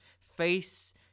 Face